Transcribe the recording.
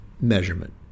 measurement